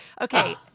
Okay